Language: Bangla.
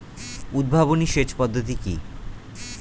উদ্ভাবনী সেচ পদ্ধতি কি?